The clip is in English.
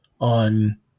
on